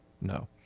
No